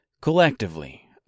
collectively